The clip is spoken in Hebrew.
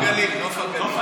נוף הגליל.